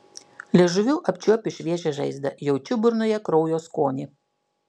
liežuviu apčiuopiu šviežią žaizdą jaučiu burnoje kraujo skonį